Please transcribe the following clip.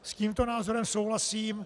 S tímto názorem souhlasím.